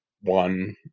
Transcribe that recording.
one